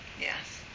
Yes